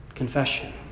Confession